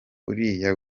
uriya